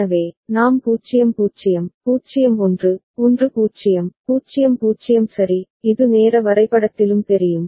எனவே நாம் 0 0 0 1 1 0 0 0 சரி இது நேர வரைபடத்திலும் தெரியும்